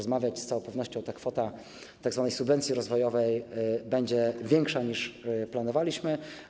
Z całą pewnością kwota tzw. subwencji rozwojowej będzie większa niż planowaliśmy.